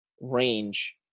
range